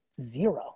zero